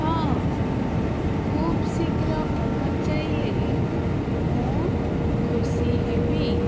ହଁ ଖୁବ୍ ଶୀଘ୍ର ପହଞ୍ଚାଇଲେ ମୁଁ ଖୁସି ହେବି